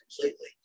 completely